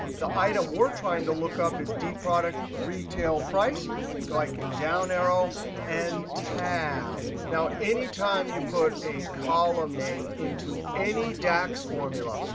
the item we're trying to look up is dproduct, retailprice. so i can down arrow and tab. now, anytime you put a column name into any dax formula,